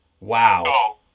Wow